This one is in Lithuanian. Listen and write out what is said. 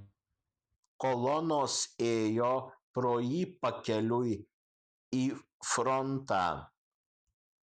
kolonos ėjo pro jį pakeliui į frontą